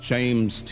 James